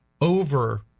over